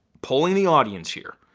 polling the audience here.